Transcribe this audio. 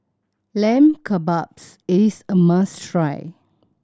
Lamb Kebabs is a must try